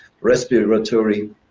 respiratory